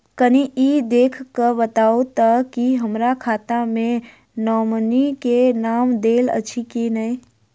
कनि ई देख कऽ बताऊ तऽ की हमरा खाता मे नॉमनी केँ नाम देल अछि की नहि?